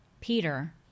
Peter